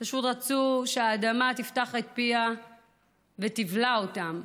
פשוט רצו שהאדמה תפתח את פיה ותבלע אותם.